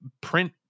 print